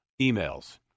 emails